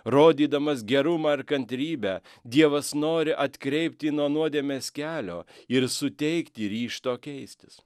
rodydamas gerumą ar kantrybę dievas nori atkreipti nuo nuodėmės kelio ir suteikti ryžto keistis